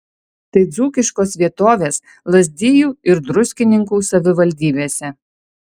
tai dzūkiškos vietovės lazdijų ir druskininkų savivaldybėse